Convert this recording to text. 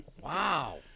Wow